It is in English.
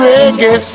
Reggae